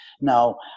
now